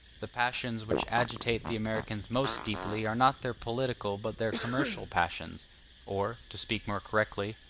the passions which agitate the americans most deeply are not their political but their commercial passions or, to speak more correctly,